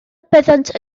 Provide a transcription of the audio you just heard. byddent